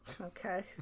Okay